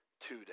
today